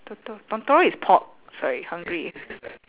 toto~ is pork sorry hungry